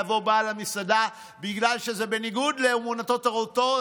ויבוא בעל המסעדה ובגלל שזה בניגוד לאמונתו-תורתו,